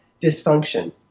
dysfunction